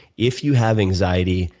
if you have anxiety,